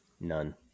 None